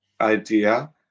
idea